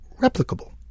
replicable